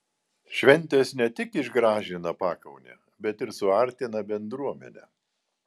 šventės ne tik išgražina pakaunę bet ir suartina bendruomenę